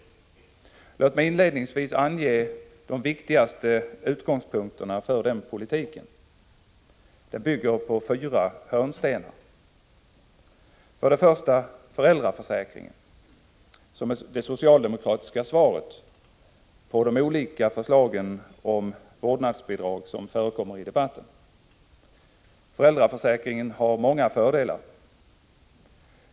Låt mig inledningsvis ange de viktigaste utgångspunkterna för den politiken. Den bygger på fyra hörnstenar. Den första är föräldraförsäkringen, som är det socialdemokratiska svaret på de olika förslagen om vårdnadsbidrag som förekommer i debatten. Föräldraförsäkringen har många fördelar.